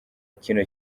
kino